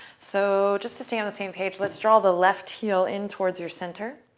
so just to stay on the same page, let's draw the left heel in towards your center,